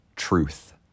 truth